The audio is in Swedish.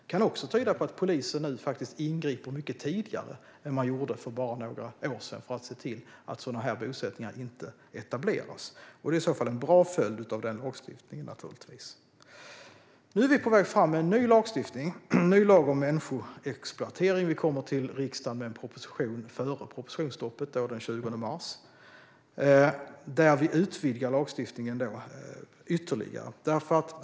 Det kan också tyda på att polisen nu ingriper mycket tidigare än för bara några år sedan för att se till att sådana här bosättningar inte etableras. Det är i så fall en bra följd av lagstiftningen. Nu är vi på väg fram med ny lagstiftning och en ny lag om människoexploatering. Vi kommer till riksdagen med en proposition före propositionsstoppet den 20 mars där vi utvidgar lagstiftningen ytterligare.